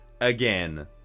again